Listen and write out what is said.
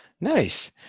Nice